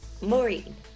Maureen